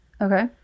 Okay